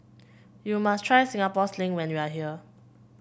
you must try Singapore Sling when you are here